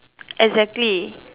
exactly